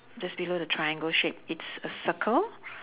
just below the triangle shape it's a circle